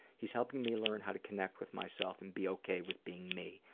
he's helping me learn how to connect with myself and be okay with being me,